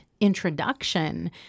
introduction